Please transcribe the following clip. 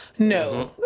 No